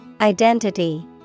Identity